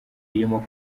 irimo